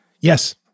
Yes